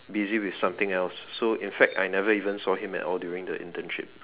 busy with something else so in fact I never even saw him at all during the internship